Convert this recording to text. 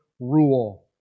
rule